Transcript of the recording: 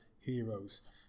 Heroes